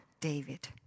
David